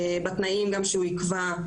תנאים שהוא יקבע,